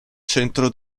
centro